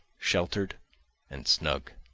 sheltered and snug.